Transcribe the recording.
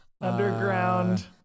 underground